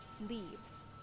leaves